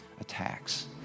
attacks